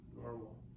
normal